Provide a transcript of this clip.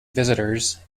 visitors